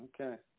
Okay